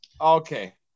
Okay